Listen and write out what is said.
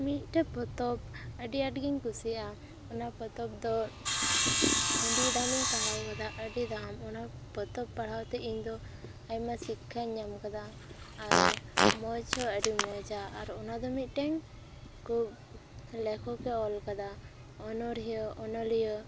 ᱤᱧ ᱢᱤᱫᱴᱮᱜ ᱯᱚᱛᱚᱵ ᱟᱹᱰᱤ ᱟᱸᱴᱜᱮᱧ ᱠᱩᱥᱤᱭᱟᱜᱼᱟ ᱚᱱᱟ ᱯᱚᱛᱚᱵ ᱫᱚ ᱟᱹᱰᱤ ᱫᱟᱢ ᱤᱧ ᱯᱟᱲᱦᱟᱣ ᱟᱠᱟᱫᱟ ᱟᱹᱰᱤ ᱫᱟᱢ ᱚᱱᱟ ᱯᱚᱛᱚᱵ ᱯᱟᱲᱦᱟᱣ ᱛᱮ ᱤᱧ ᱫᱚ ᱟᱭᱢᱟ ᱥᱤᱠᱠᱷᱟᱧ ᱧᱟᱢ ᱟᱠᱟᱫᱟ ᱟᱨ ᱢᱚᱡᱽ ᱦᱚᱸ ᱟᱹᱰᱤ ᱢᱚᱡᱟ ᱟᱨ ᱚᱱᱟ ᱫᱚ ᱢᱤᱫᱴᱮᱱ ᱠᱩ ᱞᱮᱠᱷᱚᱠᱼᱮ ᱚᱞ ᱟᱠᱟᱫᱟ ᱚᱱᱚᱲᱦᱤᱭᱟᱹ ᱚᱱᱚᱞᱤᱭᱟᱹ